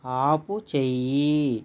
ఆపుచెయ్యి